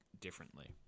differently